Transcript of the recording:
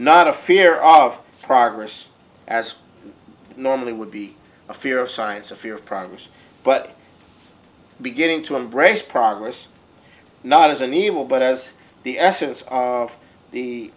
not a fear of progress as normally would be a fear of science a fear of progress but beginning to embrace progress not as an evil but as the essence of the